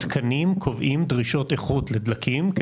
התקנים קובעים דרישות איכות לדלקים,